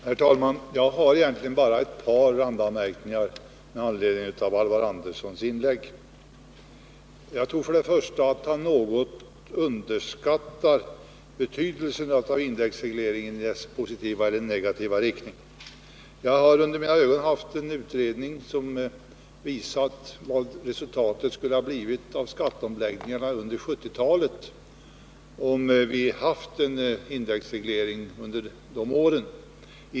Herr talman! Jag vill bara göra ett par randanmärkningar med anledning av Alvar Anderssons inlägg. Jag tror att Alvar Andersson något underskattar betydelsen av indexreglering — både dess positiva och dess negativa verkan. Jag har sett en utredning som visat vad resultatet av skatteomläggningarna under 1970-talet skulle ha blivit om vi hade haft en indexreglering under de åren.